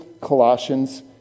Colossians